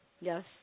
Yes